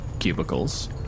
cubicles